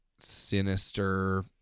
sinister